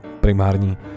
primární